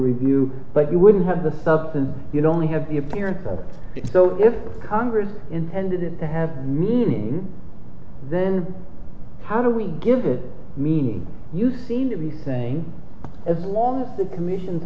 review but you wouldn't have the stuff and you don't have the appearance of it so if congress intended it to have meaning then how do we give it meaning you seem to be saying as long as the commissions